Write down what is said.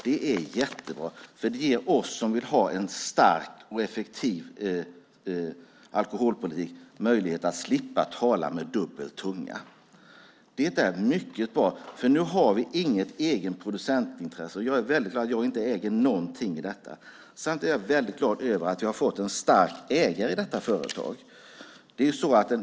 Det är jättebra, för det ger oss som vill ha en stark och effektiv alkoholpolitik möjlighet att slippa tala med kluven tunga. Det är mycket bra, för nu har vi inget eget producentintresse, och jag är väldigt glad att jag inte äger någonting i detta. Samtidigt är jag väldigt glad över att vi har fått en stark ägare i detta företag.